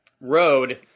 road